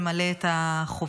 למלא את החובות.